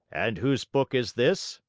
and whose book is this?